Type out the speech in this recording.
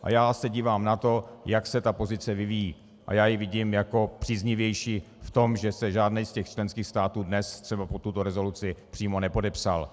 A já se dívám na to, jak se ta pozice vyvíjí, a já ji vidím jako příznivější v tom, že se žádný z členských států dnes třeba pod tuto rezoluci přímo nepodepsal.